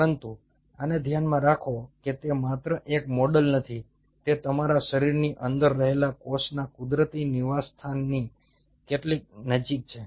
પરંતુ આને ધ્યાનમાં રાખો કે તે માત્ર એક મોડેલ નથી તે તમારા શરીરની અંદર રહેલા કોષના કુદરતી નિવાસસ્થાનની કેટલી નજીક છે